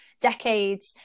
decades